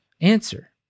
Answer